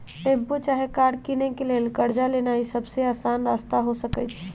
tempo चाहे car किनै लेल कर्जा लेनाइ सबसे अशान रस्ता हो सकइ छै